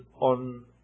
on